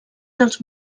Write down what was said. dels